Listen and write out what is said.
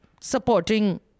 supporting